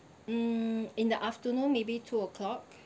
mm in the afternoon maybe two O clock